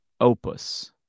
opus